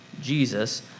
Jesus